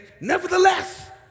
Nevertheless